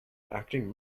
acting